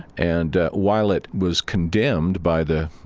and while it was condemned by the,